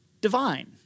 divine